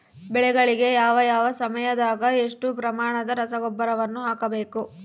ಬೆಳೆಗಳಿಗೆ ಯಾವ ಯಾವ ಸಮಯದಾಗ ಎಷ್ಟು ಪ್ರಮಾಣದ ರಸಗೊಬ್ಬರವನ್ನು ಹಾಕಬೇಕು?